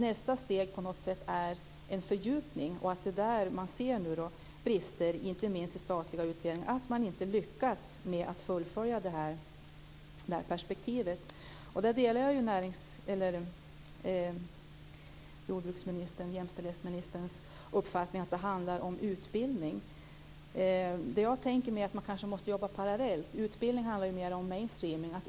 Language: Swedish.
Nästa steg är en fördjupning, och det är där som det finns brister, inte minst i statliga utredningar. Man lyckas inte med att fullfölja detta perspektiv. Jag delar jämställdhetsministerns uppfattning, att det handlar om utbildning. Men man måste kanske jobba mer parallellt. Utbildning handlar mer om mainstreaming.